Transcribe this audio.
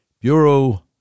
Bureau